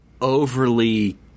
overly